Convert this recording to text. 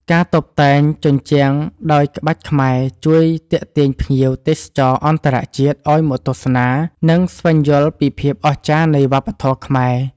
ការតុបតែងជញ្ជាំងដោយក្បាច់ខ្មែរជួយទាក់ទាញភ្ញៀវទេសចរអន្តរជាតិឱ្យមកទស្សនា និងស្វែងយល់ពីភាពអស្ចារ្យនៃវប្បធម៌ខ្មែរ។